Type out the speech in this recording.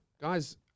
Guys